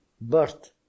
birth